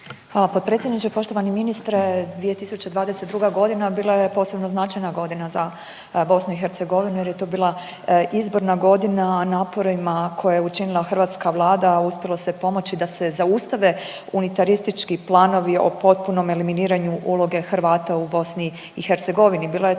Hvala potpredsjedniče. Poštovani ministre 2022. godina bila je posebno značajna godina za BIH jer je to bila izborna godina. Naporima koje je učinila hrvatska Vlada uspjelo se pomoći da se zaustave unitaristički planovi o potpunom eliminiranju uloge Hrvata u BIH. Bila je to i